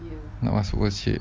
nak masuk masjid